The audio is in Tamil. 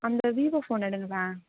அந்த வீவோ ஃபோன் எடுங்களேன்